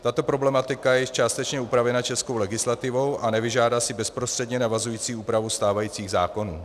Tato problematika je již částečně upravena českou legislativou a nevyžádá si bezprostředně navazující úpravu stávajících zákonů.